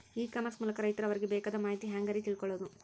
E commerce ಮೂಲಕ ರೈತರು ಅವರಿಗೆ ಬೇಕಾದ ಮಾಹಿತಿ ಹ್ಯಾಂಗ ರೇ ತಿಳ್ಕೊಳೋದು?